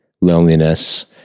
loneliness